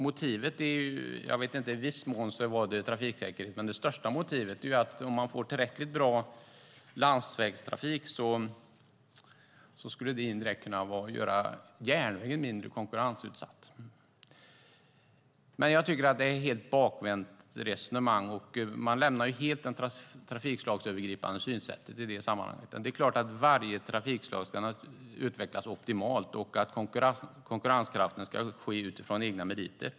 Motivet är i viss mån trafiksäkerhet, men det största motivet är att om man får tillräckligt bra landsvägstrafik kan det indirekt göra järnvägen mindre konkurrensutsatt. Jag tycker att det är ett helt bakvänt resonemang som helt lämnar det trafikslagsövergripande synsättet. Varje trafikslag ska naturligtvis utvecklas optimalt, och konkurrenskraften ska utgå från egna meriter.